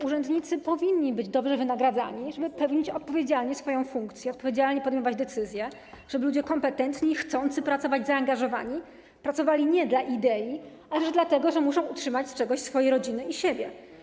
Urzędnicy powinni być dobrze wynagradzani, żeby pełnić odpowiedzialnie swoje funkcje, odpowiedzialnie podejmować decyzje, żeby ludzie kompetentni, chcący pracować, zaangażowani pracowali nie dla idei, ale dlatego, że muszą utrzymać z czegoś swoje rodziny i siebie.